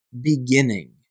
beginning